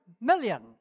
million